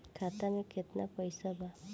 खाता में केतना पइसा बा?